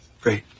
Great